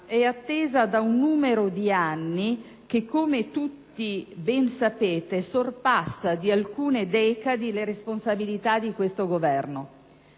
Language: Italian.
è attesa da un numero di anni che, come tutti bene sapete, sorpassa di alcune decadi le responsabilità di questo Governo.